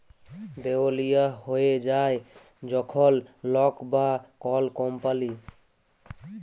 দেউলিয়া হঁয়ে যায় যখল লক বা কল কম্পালি